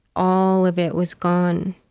all of it was gone.